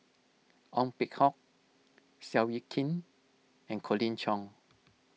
Ong Peng Hock Seow Yit Kin and Colin Cheong